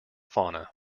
fauna